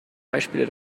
beispiele